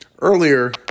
earlier